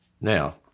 Now